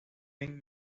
kevin